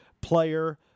player